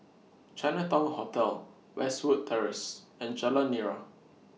Chinatown Hotel Westwood Terrace and Jalan Nira